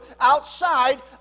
outside